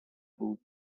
بود